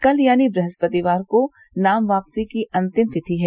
कल यानी बृहस्पति को नाम वापसी की अंतिम तिथि है